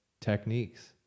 techniques